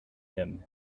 him